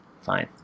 fine